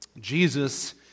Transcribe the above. Jesus